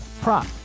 prop